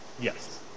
Yes